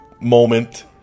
moment